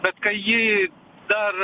bet kai ji dar